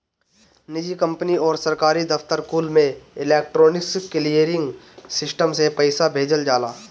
निजी कंपनी अउरी सरकारी दफ्तर कुल में इलेक्ट्रोनिक क्लीयरिंग सिस्टम से पईसा भेजल जाला